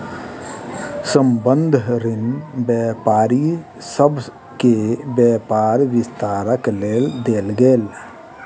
संबंद्ध ऋण व्यापारी सभ के व्यापार विस्तारक लेल देल गेल